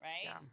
Right